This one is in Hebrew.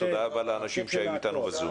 תודה רבה לאנשים שהיו אתנו בזום.